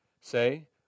say